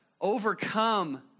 overcome